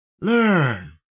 Learn